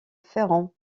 ferrand